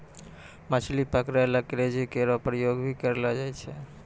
मछली पकरै ल क्रूजो केरो प्रयोग भी करलो जाय छै